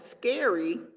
scary